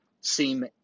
seem